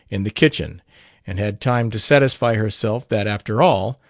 in the kitchen and had time to satisfy herself that, after all,